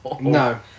no